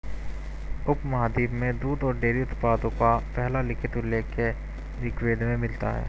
उपमहाद्वीप में दूध और डेयरी उत्पादों का पहला लिखित उल्लेख ऋग्वेद में मिलता है